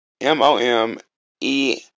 M-O-M-E